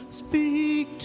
speak